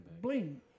bling